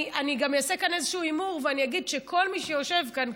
אני גם אעשה כאן איזשהו הימור ואני אגיד שכל מי שיושב כאן,